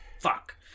fuck